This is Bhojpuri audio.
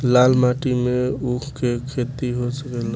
लाल माटी मे ऊँख के खेती हो सकेला?